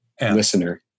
listener